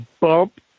bump